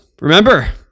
Remember